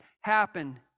happen